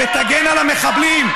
שתגן על המחבלים.